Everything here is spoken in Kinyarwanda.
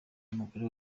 umugore